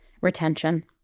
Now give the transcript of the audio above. Retention